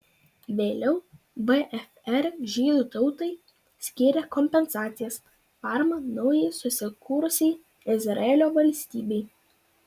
vėliau vfr žydų tautai skyrė kompensacijas paramą naujai susikūrusiai izraelio valstybei